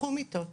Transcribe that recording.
פתחו מיטות,